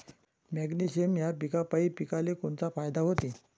Magnesium ह्या खतापायी पिकाले कोनचा फायदा होते?